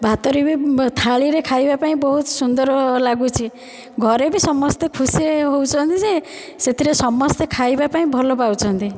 ଭାତରେ ବି ଥାଳିରେ ଖାଇବାପାଇଁ ବହୁତ ସୁନ୍ଦର ଲାଗୁଛି ଘରେ ବି ସମସ୍ତେ ଖୁସି ହେଉଛନ୍ତି ଯେ ସେଥିରେ ସମସ୍ତେ ଖାଇବା ପାଇଁ ଭଲ ପାଉଛନ୍ତି